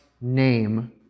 name